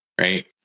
right